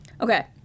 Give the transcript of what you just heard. Okay